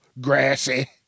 grassy